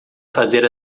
fazer